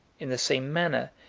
in the same manner,